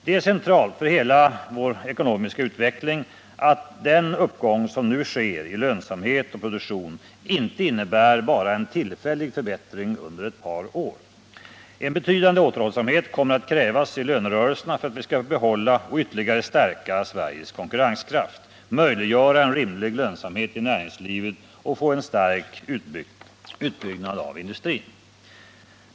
Det är centralt för hela vår ekonomiska utveckling att den uppgång som nu sker i lönsamhet och produktion inte innebär bara en tillfällig förbättring under ett par år. En betydande återhållsamhet kommer att krävas i lönerörelserna för att vi skall behålla och ytterligare stärka Sveriges konkurrenskraft, möjliggöra en rimlig lönsamhet i näringslivet och få en stark utbyggnad av industrin.